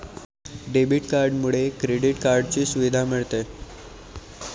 debit कार्डमुळे credit कार्डची सुविधा मिळते